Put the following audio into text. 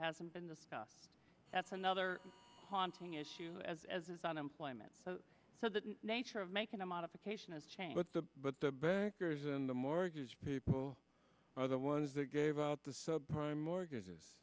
hasn't been the cause that's another haunting issue as is unemployment so the nature of making a modification a change but the but the bankers and the mortgage people are the ones that gave out the subprime mortgages